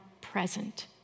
present